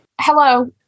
Hello